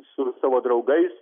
su savo draugais